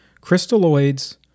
Crystalloids